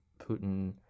Putin